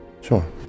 sure